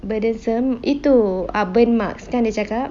burdensome itu burn marks kan dia cakap